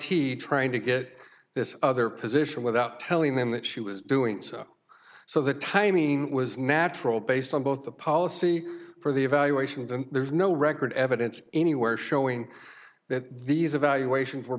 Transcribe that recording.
t trying to get this other position without telling them that she was doing so the timing was natural based on both the policy for the evaluations and there's no record evidence anywhere showing that these evaluations were